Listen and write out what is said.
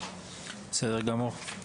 בסדר גמור.